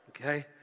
okay